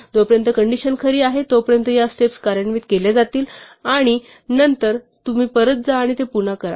जोपर्यंत कंडिशन खरी आहे तोपर्यंत या स्टेप्स कार्यान्वित केल्या जातील आणि नंतर तुम्ही परत जा आणि ते पुन्हा करा